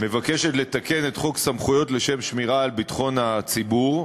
מבקשת לתקן את חוק סמכויות לשם שמירה על ביטחון הציבור,